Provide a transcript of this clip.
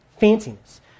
Fanciness